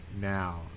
now